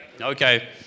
Okay